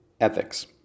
ethics